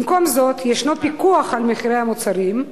במקום זאת, ישנו פיקוח על מחירי המוצרים,